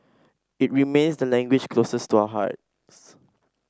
it remains the language closest to our hearts